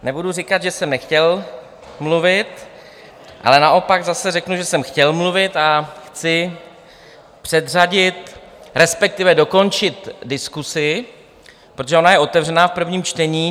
Nebudu říkat, že jsem nechtěl mluvit, ale naopak zase řeknu, že jsem chtěl mluvit, a chci předřadit, respektive dokončit diskusi, protože ona je otevřena v prvním čtení.